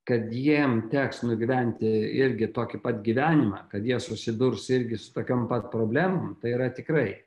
kad jiem teks nugyventi irgi tokį pat gyvenimą kad jie susidurs irgi su tokiom pat problemom tai yra tikrai